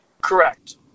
Correct